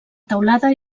teulada